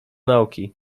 nauki